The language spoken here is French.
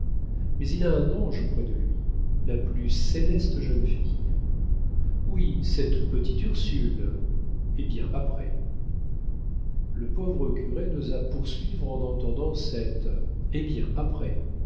mais il a un ange auprès de lui la plus céleste jeune fille oui cette petite ursule eh bien après le pauvre curé n'osa poursuivre en entendant cet eh bien après